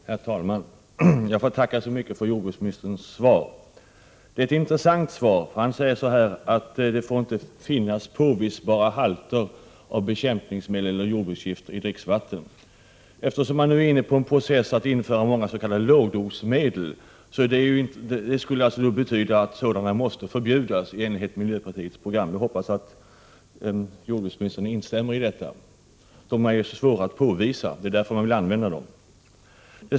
Herr talman! Jag ber att få tacka så mycket för jordbruksministerns svar. Det är ett intressant svar. Jordbruksministern säger att det inte får finnas påvisbara halter av bekämpningsmedel eller jordbruksgifter i dricksvatten. Man är ju inne på att införa många s.k. lågdosmedel. Det skulle alltså betyda att bekämpningsmedel och jordbruksgifter måste förbjudas — i enlighet med miljöpartiets program. Vi hoppas att jordbruksministern instämmer i detta krav. Dessa medel är ju så svåra att påvisa, och det är därför som man vill använda dem.